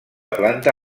planta